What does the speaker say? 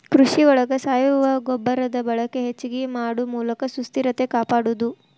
ಕೃಷಿ ಒಳಗ ಸಾವಯುವ ಗೊಬ್ಬರದ ಬಳಕೆ ಹೆಚಗಿ ಮಾಡು ಮೂಲಕ ಸುಸ್ಥಿರತೆ ಕಾಪಾಡುದು